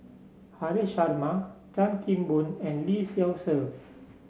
Haresh Sharma Chan Kim Boon and Lee Seow Ser